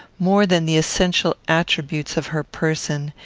more than the essential attributes of her person,